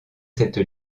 cette